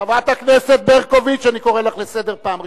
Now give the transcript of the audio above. חברת הכנסת ברקוביץ, אני קורא לך לסדר פעם ראשונה.